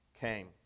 came